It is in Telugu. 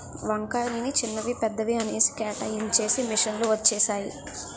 వంకాయలని చిన్నవి పెద్దవి అనేసి కేటాయించేసి మిషన్ లు వచ్చేసాయి